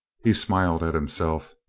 he smiled at himself.